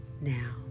Now